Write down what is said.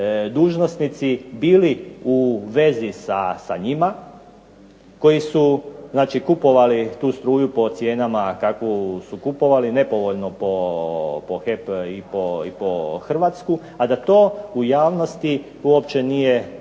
dužnosnici bili u vezi sa njima koji su kupovali tu struju po cijenama kakvoj su kupovali nepovoljnoj po HEP i po Hrvatsku, a da to u javnosti uopće nije posebno